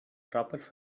tropes